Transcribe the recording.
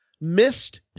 missed